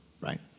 right